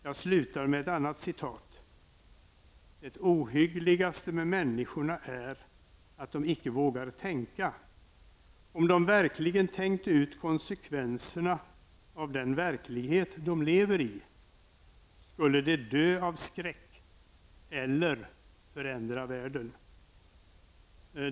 Jag slutar med ett annat citat: ''Det ohyggligaste med människorna är att de inte vågar tänka. Om de verkligen tänkte ut konse kvenserna av den verklighet de lever i, skulle de dö av skräck -- eller förändra världen.''